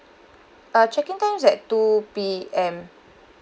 uh check in time is at two P_M